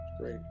Great